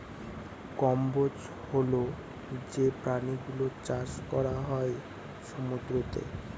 কম্বোজ হল যে প্রাণী গুলোর চাষ করা হয় সমুদ্রতে